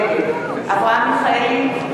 נגד אברהם מיכאלי,